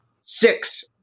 Six